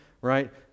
right